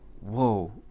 whoa